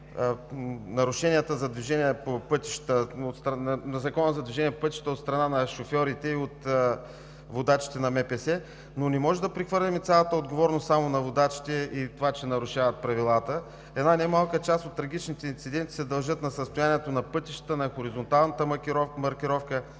нарушенията в Закона за движението по пътищата от страна на шофьорите и от водачите на МПС, но не можем да прехвърляме цялата отговорност само на водачите и това, че нарушават правилата. Една немалка част от трагичните инциденти се дължат на състоянието на пътищата, на хоризонталната маркировка,